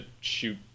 shoot